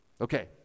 Okay